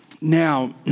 Now